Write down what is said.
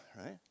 right